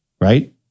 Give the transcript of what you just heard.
Right